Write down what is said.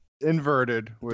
inverted